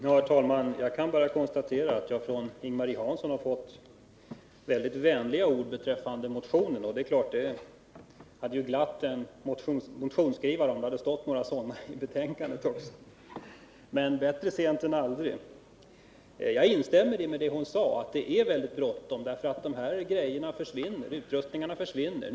Herr talman! Jag kan bara konstatera att jag har fått mycket vänliga ord från Ing-Marie Hansson beträffande motionen. Det är klart att det hade glatt motionsskrivaren, om det stått några sådana i betänkandet också. Men bättre sent än aldrig. Jag instämmer i det som Ing-Marie Hansson sade om att det är mycket bråttom, därför att dessa utrustningar försvinner.